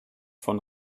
von